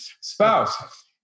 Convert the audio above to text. spouse